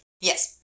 Yes